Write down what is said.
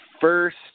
first